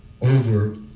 over